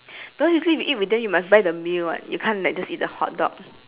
because usually you eat with them you must buy the meal [what] you can't like just eat the hotdog